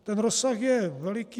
Ten rozsah je veliký.